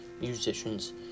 musicians